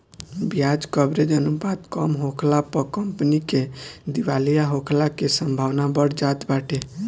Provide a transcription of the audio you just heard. बियाज कवरेज अनुपात कम होखला पअ कंपनी के दिवालिया होखला के संभावना बढ़ जात बाटे